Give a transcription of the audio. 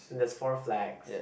there's four flags